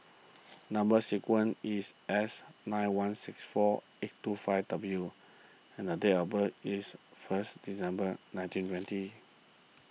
Number Sequence is S nine one six four eight two five W and the date of birth is first December nineteen twenty